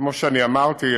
כמו שאמרתי,